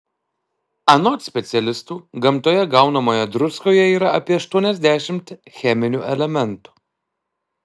anot specialistų gamtoje gaunamoje druskoje yra apie aštuoniasdešimt cheminių elementų